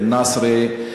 בנסרה,